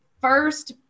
first